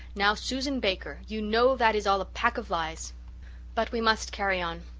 now, susan baker, you know that is all a pack of lies but we must carry on.